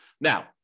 Now